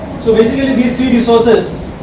so basically these three resources,